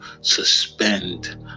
suspend